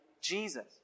Jesus